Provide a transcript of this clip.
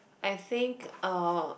I think uh